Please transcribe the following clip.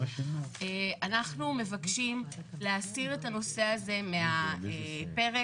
אנחנו מבקשים להסיר את הנושא הזה מהפרק.